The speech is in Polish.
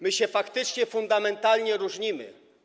My się faktycznie fundamentalnie różnimy.